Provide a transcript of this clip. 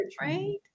right